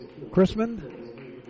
Chrisman